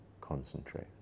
Concentrate